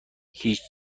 هیچ